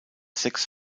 sechs